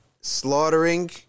slaughtering